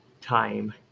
time